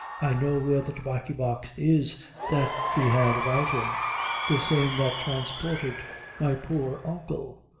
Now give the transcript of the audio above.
i know where the tobaccy box is that he had about him the same that transported my poor uncle,